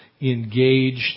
engaged